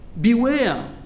Beware